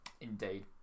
Indeed